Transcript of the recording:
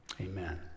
amen